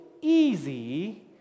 easy